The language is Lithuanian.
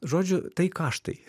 žodžiu tai kaštai